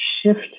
shift